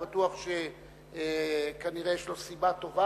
אני בטוח שכנראה יש לו סיבה טובה.